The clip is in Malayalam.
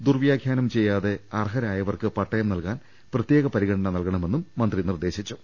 ദൂർവ്യാഖ്യാനം ചെയ്യാതെ അർഹരായവർക്ക് പട്ടയം നൽകാൻ പ്രത്യേക പരിഗണന നൽകണ മെന്നും മന്ത്രി നിർദേശിച്ചു